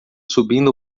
subindo